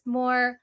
more